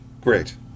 great